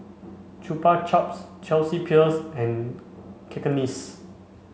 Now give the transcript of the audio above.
Chupa Chups Chelsea Peers and Cakenis